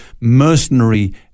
mercenary